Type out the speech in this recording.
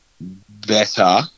Better